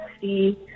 see